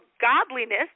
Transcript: godliness